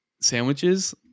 sandwiches